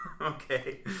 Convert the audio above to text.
Okay